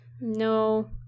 No